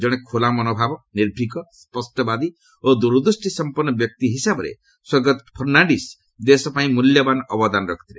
ଜଣେ ଖୋଲା ମନ ନିର୍ଭୀକ ସ୍ୱଷ୍ଟବାଦୀ ଓ ଦୂରଦୃଷ୍ଟି ସମ୍ପନ୍ଧ ବ୍ୟକ୍ତି ହିସାବରେ ସ୍ୱର୍ଗତ ଫର୍ଣ୍ଣାଣିକ୍ ଦେଶପାଇଁ ମଲ୍ୟବାନ୍ ଅବଦାନ ରଖିଥିଲେ